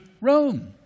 Rome